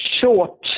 short